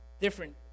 different